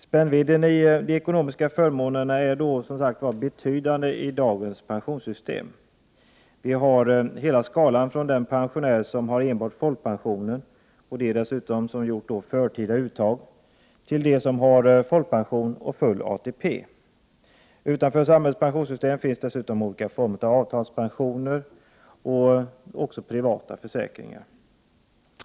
Spännvidden i de ekonomiska förmånerna är betydande i dagens pensionssystem. Därför finns hela skalan från den pensionär som har enbart folkpension, och som dessutom kanske har gjort förtida uttag, till den som har folkpension och full ATP. Utanför samhällets pensionssystem finns det dessutom olika former av avtalspensioner och privata försäkringar.